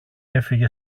έφυγε